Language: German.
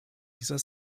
dieser